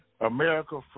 America